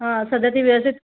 हा सध्या ती व्यवस्थित